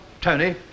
Tony